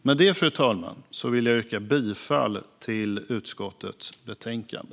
Med detta, fru talman, vill jag yrka bifall till förslaget i utskottets betänkande.